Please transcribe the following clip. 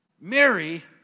Mary